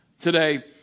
today